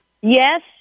Yes